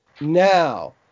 Now